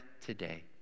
today